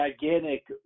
gigantic